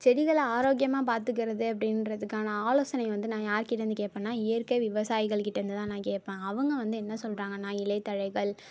செடிகளை ஆரோக்கியமாக பார்த்துக்குறது அப்படின்றத்துக்கான ஆலோசனை வந்து நான் யார்கிட்டேயிருந்து கேட்பேன்னா இயற்கை விவசாயிகள்கிட்டேயிருந்துதான் நான் கேட்பேன் அவங்க வந்து என்ன சொல்கிறாங்கன்னா இலை தழைகள்